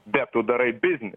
bet tu darai biznį